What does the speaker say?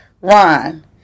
Ron